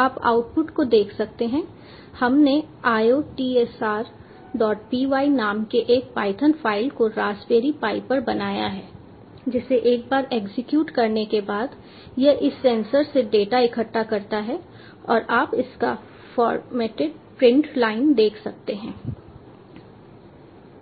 आप आउटपुट को देख सकते हैं हमने IOTSRpy नाम के एक पायथन फाइल को रास्पबेरी पाई पर बनाया है जिसे एक बार एग्जीक्यूट करने के बाद यह इस सेंसर से डेटा इकट्ठा करता है और आप इसका फॉर्मेटेड प्रिंट लाइन देख सकते हैं